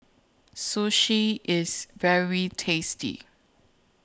Sushi IS very tasty